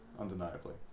undeniably